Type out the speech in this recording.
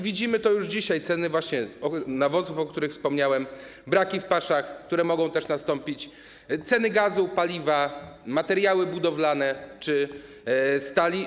Widzimy to już dzisiaj: ceny nawozów, o których wspomniałem, braki w paszach, które mogą też wystąpić, ceny gazu, paliwa, materiałów budowlanych czy stali.